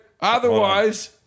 otherwise